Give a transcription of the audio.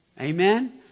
Amen